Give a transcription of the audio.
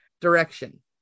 direction